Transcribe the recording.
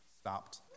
stopped